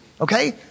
okay